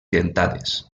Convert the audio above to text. dentades